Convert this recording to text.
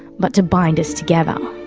but to bind us together.